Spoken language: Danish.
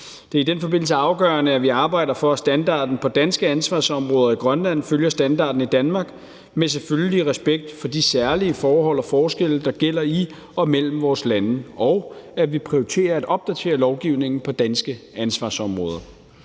Det er i den forbindelse afgørende, at vi arbejder for, at standarden for danske ansvarsområder i Grønland følger standarden i Danmark med selvfølgelig respekt for de særlige forhold og forskelle, der gælder i og mellem vores lande, og at vi prioriterer at opdatere lovgivningen på danske ansvarsområder.